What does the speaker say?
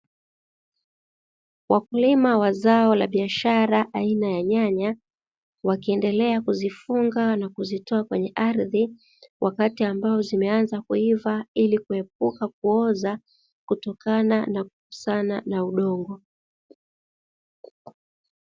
Wakulima wa zao la biashara aina ya nyanya, wakiendelea kuzifunga na kuzitowa kwenye ardhi, wakati ambao zimeanza kuiva ili kuepuka kuoza kutokana na kugusana na udongo.